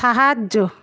সাহায্য